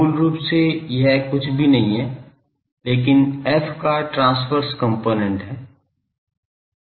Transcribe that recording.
मूल रूप से यह कुछ भी नहीं है लेकिन f का ट्रांसवर्स कंपोनेंट है